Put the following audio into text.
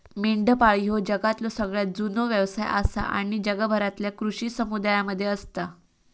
मेंढपाळ ह्यो जगातलो सगळ्यात जुनो व्यवसाय आसा आणि जगभरातल्या कृषी समुदायांमध्ये असता